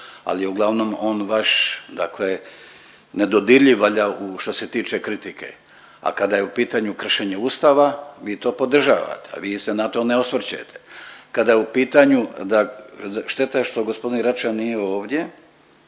ali je uglavnom on vaš dakle nedodirljiv valjda što se tiče kritike, a kada je u pitanju kršenje Ustava vi to podržavate, vi se na to ne osvrćete. Kada je u pitanju da, šteta je što gospodin Račan nije ovdje